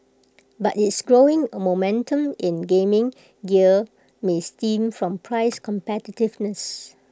but its growing momentum in gaming gear may stem from price competitiveness